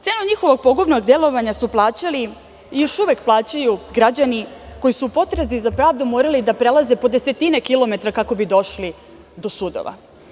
Cene njihovog pogubnog delovanja su plaćali i još uvek plaćaju građani koji su u potrazi za pravdom morali da prelaze po desetine kilometara kako bi došli do sudova.